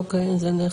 בסדר.